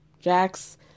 Jax